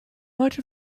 much